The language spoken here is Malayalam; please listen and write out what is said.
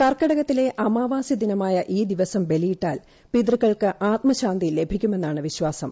കർക്കടകത്തിലെ അമാവാസി ദിനമായ ഈ ദിവസം ബലിയിട്ടാൽ പിതൃക്കൾക്ക് ആത്മശാന്തി ലഭിക്കുമെന്നാണ് വിശ്വാസം